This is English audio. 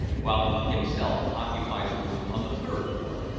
while he himself occupied a room on the third floor.